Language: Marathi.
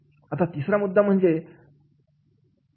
आता तिसरा महत्त्वाचा मुद्दा म्हणजे पद्धत